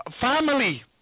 family